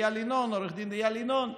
עו"ד איל ינון,